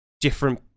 different